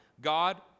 God